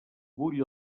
bull